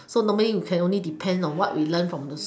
so normally we can only depend on what we learn from the